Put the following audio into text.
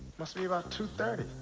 must be about two thirty.